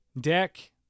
deck